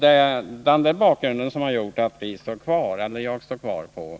Detta är bakgrunden till att jag står kvar vid yrkande 1.